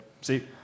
See